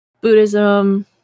Buddhism